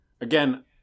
Again